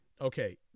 Okay